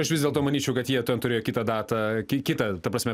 aš vis dėlto manyčiau kad jie turėjo kitą datą ki kitą ta prasme